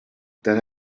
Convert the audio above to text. that